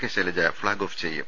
K Shailaja flag off ചെയ്യും